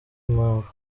impamvu